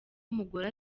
umugore